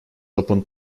opened